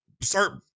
start